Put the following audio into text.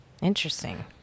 Interesting